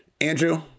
Andrew